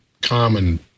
common